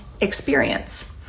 experience